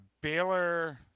Baylor